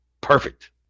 perfect